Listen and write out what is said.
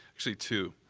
actually, two.